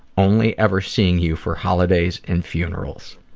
only ever seeing you for holidays and funerals.